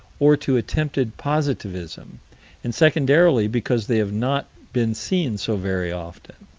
or to attempted positivism and secondarily because they have not been seen so very often.